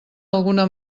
alguna